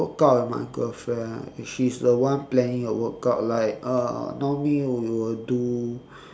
workout with my girlfriend she's the one planning the workout like uh normally we will do